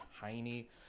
tiny